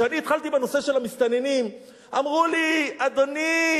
כשאני התחלתי בנושא של המסתננים, אמרו לי: אדוני,